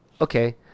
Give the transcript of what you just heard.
okay